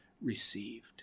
received